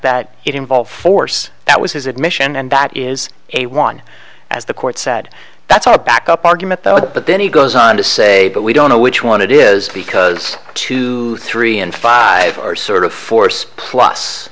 it involves force that was his admission and that is a one as the court said that's a back up argument though but then he goes on to say but we don't know which one it is because two three and five are sort of force plus